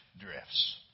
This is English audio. drifts